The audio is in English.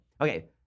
Okay